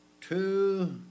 two